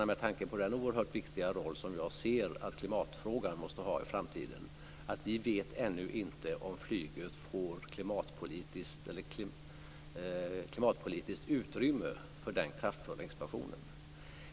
Med tanke på den oerhört viktiga roll som jag anser att klimatfrågan måste ha i framtiden, vill jag betona att vi ännu inte vet om flyget får klimatpolitiskt utrymme för den kraftfulla expansionen.